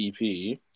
EP